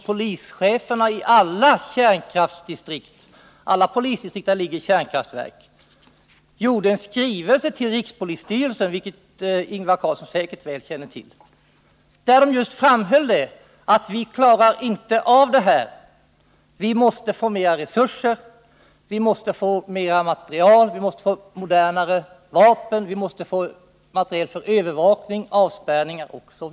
Polischeferna i samtliga de polisdistrikt där det finns kärnkraftverk har inkommit med en skrivelse till rikspolisstyrelsen — det känner säkert Ingvar Carlsson väl till — i vilken de framhållit att deras resp. polisdistrikt inte kan klara av sina på grund av kärnkraftverken ökade uppgifter, att de måste få större resurser, mer materiel, modernare vapen, materiel för övervakning och avspärrning m.m.